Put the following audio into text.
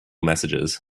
messages